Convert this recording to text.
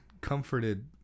comforted